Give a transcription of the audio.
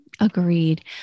Agreed